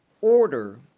order